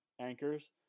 anchors